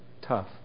tough